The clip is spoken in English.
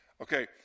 Okay